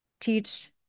teach